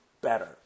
better